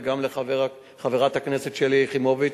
וגם לחברת הכנסת שלי יחימוביץ,